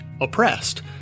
oppressed